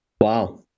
Wow